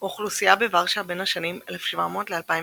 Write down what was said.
האוכלוסייה בוורשה בין השנים 1700–2007